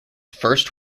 first